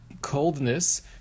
coldness